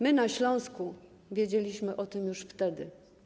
My na Śląsku wiedzieliśmy o tym już wtedy.